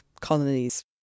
colonies